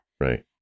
Right